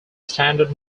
standard